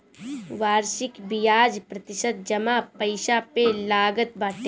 वार्षिक बियाज प्रतिशत जमा पईसा पे लागत बाटे